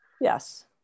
yes